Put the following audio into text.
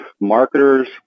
marketers